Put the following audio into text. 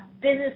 business